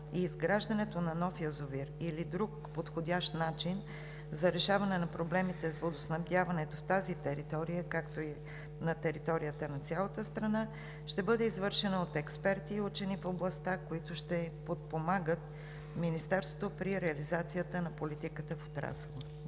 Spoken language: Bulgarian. и изграждането на нов язовир или друг подходящ начин за решаване на проблемите с водоснабдяването в тази територия, както и на територията на цялата страна, ще бъде извършена от експерти и учени в областта, които ще подпомагат Министерството при реализацията на политиката в отрасъла.